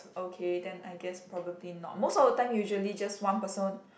okay then I guess probably not most of the time usually just one person